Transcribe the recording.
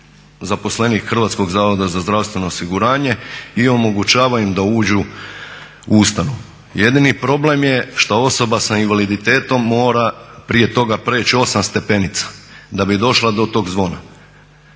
dolazi osoblje, zaposlenik HZZO-a i omogućava im da uđu u ustanovu. Jedini problem je što osoba s invaliditetom mora prije toga preći 8 stepenica da bi došla do tog zvona.